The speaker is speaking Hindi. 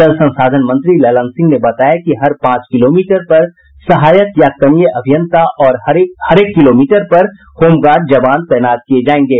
जल संसाधन मंत्री ललन सिंह ने बताया कि हर पांच किलोमीटर पर सहायक या कनीय अभियंता और हरेक किलोमीटर पर होमगार्ड जवान तैनात किये जायेंगे